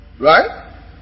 Right